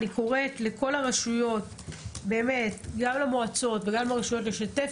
אני קוראת גם למועצות וגם לרשויות לשתף